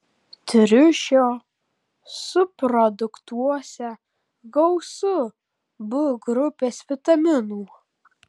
triušio subproduktuose gausu b grupės vitaminų